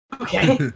Okay